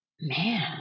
man